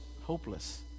hopeless